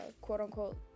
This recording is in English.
quote-unquote